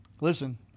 Listen